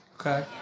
Okay